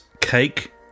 cake